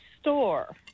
store